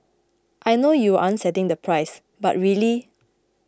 I know you aren't setting the price but really